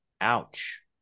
Ouch